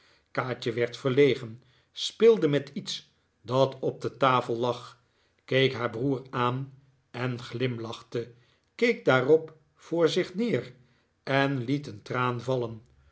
kaatje werd verlegen speelde met iets dat op de tafel lag keek haar broer aan en glimlachte keek daarop voor zich neer en met een traan vallen